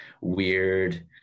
weird